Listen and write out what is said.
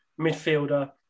midfielder